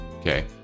okay